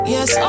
Yes